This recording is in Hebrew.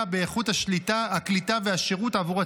באיכות הקליטה והשירות עבור הציבור.